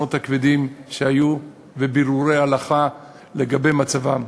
באסונות הכבדים שהיו, ובירורי הלכה לגבי מצבן.